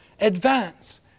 advance